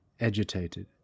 agitated